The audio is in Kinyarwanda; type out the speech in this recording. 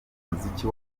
umuziki